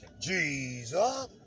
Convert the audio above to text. Jesus